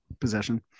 possession